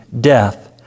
death